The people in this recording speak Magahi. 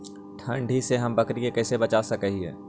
ठंडी से हम बकरी के कैसे बचा सक हिय?